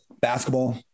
basketball